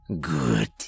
good